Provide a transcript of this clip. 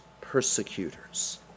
persecutors